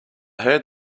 heard